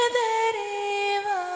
deriva